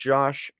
Josh